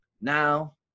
Now